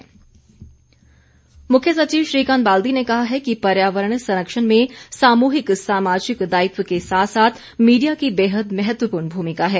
मुख्य सचिव मुख्य सचिव श्रीकांत बाल्दी ने कहा है कि पर्यावरण संरक्षण में सामूहिक सामाजिक दायित्व के साथ साथ मीडिया की बेहद महत्वपूर्ण भमिका है